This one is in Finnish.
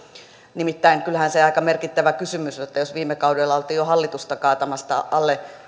nimittäin kyllähän se aika merkittävä kysymys on sillä jos viime kaudella oltiin jo hallitusta kaatamassa alle